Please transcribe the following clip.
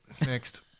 Next